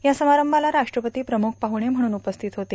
या समारंभाला राष्ट्रपती प्रम्रख पाहुणे म्हणून उपस्थित होते